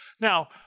Now